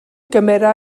gymera